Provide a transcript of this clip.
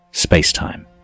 space-time